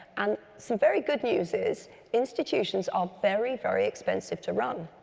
and some very good news is institutions are very, very expensive to run.